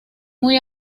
muy